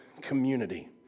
community